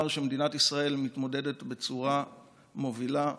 שמדינת ישראל מתמודדת בצורה מובילה,